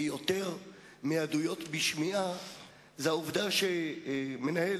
ויותר מעדויות השמיעה הבעיה שלנו היא העובדה שמנהל